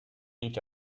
each